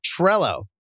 Trello